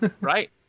Right